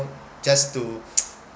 just to